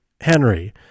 henry